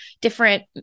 different